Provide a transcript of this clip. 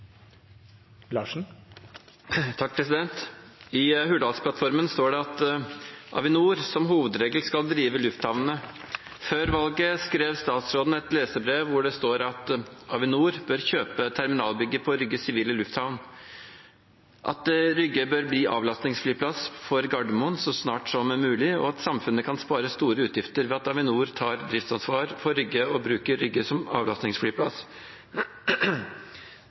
står det «at Avinor som hovedregel skal drive lufthavnene». Før valget skrev statsråden et leserbrev hvor det står at «Avinor bør kjøpe terminalbygget på Rygge sivile lufthavn», at «Rygge bør bli avlastningsflyplass for Gardermoen så snart som mulig», og at samfunnet kan «spare store utgifter ved at Avinor tar driftsansvar for Rygge og bruker Rygge som avlastningsflyplass».